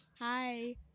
Hi